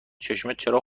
چرا